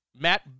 Matt